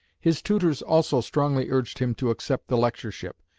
his tutors also strongly urged him to accept the lectureship,